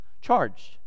charged